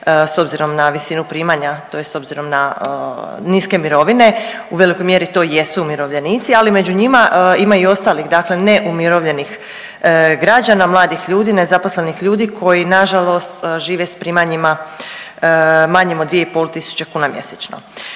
s obzirom na visinu primanja, tj. s obzirom na niske mirovine. U velikoj mjeri to jesu umirovljenici, ali među njima ima i ostalih, dakle ne umirovljenih građana, mladih ljudi, nezaposlenih ljudi koji na žalost žive s primanjima manjim od 2 i pol tisuće kuna mjesečno.